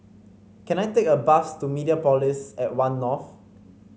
can I take a bus to Mediapolis at One North